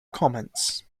comments